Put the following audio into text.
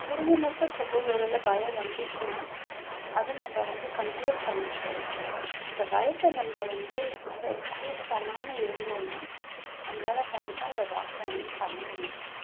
முடிஞ்ச மாட்லும் சப்போஸ் ஒருவேளை பயம் வந்துச்சுன்னா அதை நம்ம வந்து கண்ட்ரோல் பண்ணிக்கிட்டு இந்த பயத்தை நம்ம வந்து ரொம்ப எக்ஸ்போஸ் பண்ணாமல் இருந்தோம்னா நம்மளால கண்டிப்பாக இந்த ராக் க்ளைம்பிங் பண்ண முடியும்